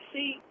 See